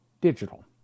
Digital